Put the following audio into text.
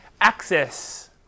access